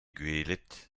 gwelet